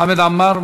חמד עמאר,